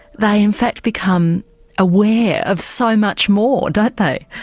they in fact become aware of so much more, don't they?